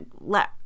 let